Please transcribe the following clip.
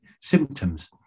symptoms